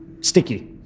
sticky